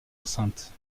enceinte